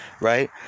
right